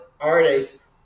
artists